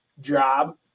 job